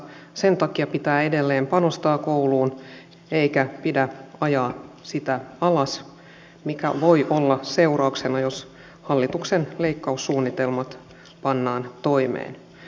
sen takia pitää edelleen panostaa kouluun eikä pidä ajaa sitä alas mikä voi olla seurauksena jos hallituksen leikkaussuunnitelmat pannaan toimeen